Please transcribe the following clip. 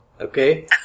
Okay